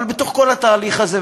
אבל בתוך כל התהליך הזה,